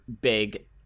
big